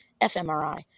fMRI